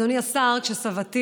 אדוני השר, כשסבתי,